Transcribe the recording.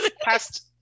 past